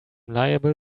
liable